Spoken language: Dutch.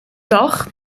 dag